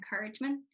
encouragement